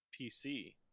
pc